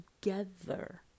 together